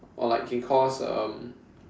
or like it can cause um